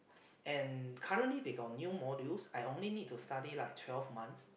and currently they got new modules I only need to study like twelve months